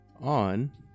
on